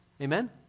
Amen